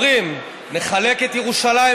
אומרים: נחלק את ירושלים.